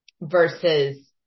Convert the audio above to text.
versus